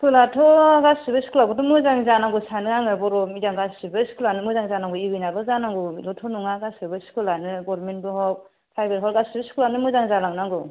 स्कुलाथ' गासैबो स्कुलाबोथ' मोजां जानांगौ सानो आङो बर' मिदियाम गासैबो स्कुलानो मोजां जानांगौ इउ एन आल' जानांगौ बेलथ' नङा गासैबो स्कुलानो गरमेन्टबो हक प्राइबेट हक गासैबो स्कुलानो मोजां जालां नांगौ